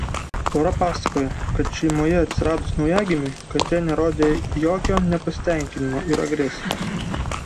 pora pasakoja kad šeimoje atsiradus naujagimiui katė nerodė jokio nepasitenkinimo ir agresijos